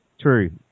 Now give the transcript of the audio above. True